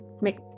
make